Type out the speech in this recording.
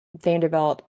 Vanderbilt